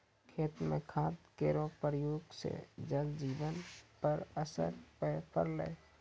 खेत म खाद केरो प्रयोग सँ जल जीवन पर असर पड़लै